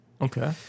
Okay